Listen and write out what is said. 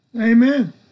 Amen